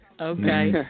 Okay